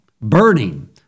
burning